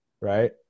right